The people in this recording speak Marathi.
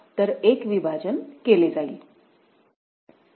तर एक विभाजन केले जाईल